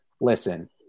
listen